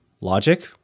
Logic